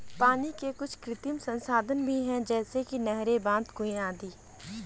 पानी के कुछ कृत्रिम संसाधन भी हैं जैसे कि नहरें, बांध, कुएं आदि